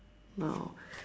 no